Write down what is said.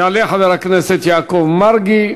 יעלה חבר הכנסת יעקב מרגי,